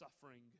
suffering